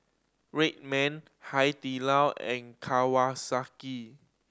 Red Man Hai Di Lao and Kawasaki